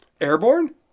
Airborne